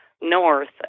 north